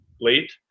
late